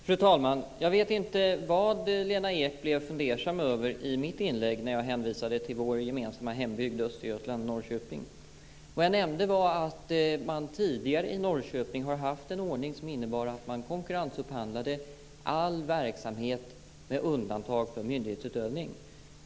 Fru talman! Jag vet inte vad Lena Ek blev fundersam över i mitt inlägg när jag hänvisade till vår gemensamma hembygd Östergötland och Norrköping. Vad jag nämnde var att man tidigare i Norrköping har haft en ordning som innebar att man konkurrensupphandlade all verksamhet med undantag för myndighetsutövning.